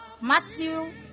Matthew